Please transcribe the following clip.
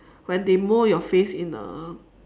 when they mold your face in a